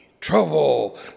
Trouble